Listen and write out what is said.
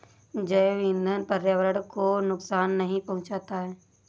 जैव ईंधन पर्यावरण को नुकसान नहीं पहुंचाता है